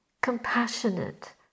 compassionate